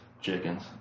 chickens